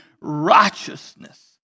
righteousness